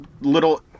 little